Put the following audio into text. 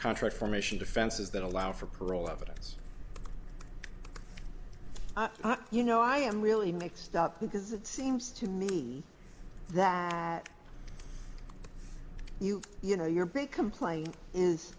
contract formation defenses that allow for parole evidence you know i am really mixed up because it seems to me that you know your big complaint is